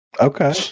Okay